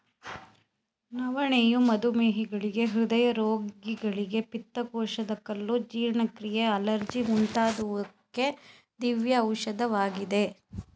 ನವಣೆಯು ಮಧುಮೇಹಿಗಳಿಗೆ, ಹೃದಯ ರೋಗಿಗಳಿಗೆ, ಪಿತ್ತಕೋಶದ ಕಲ್ಲು, ಜೀರ್ಣಕ್ರಿಯೆ, ಅಲರ್ಜಿ ಮುಂತಾದುವಕ್ಕೆ ದಿವ್ಯ ಔಷಧವಾಗಿದೆ